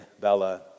Bella